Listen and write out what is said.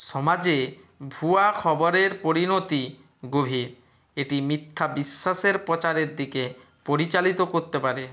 সমাজে ভুয়ো খবরের পরিণতি গভীর এটি মিথ্যা বিশ্বাসের প্রচারের দিকে পরিচালিত করতে পারে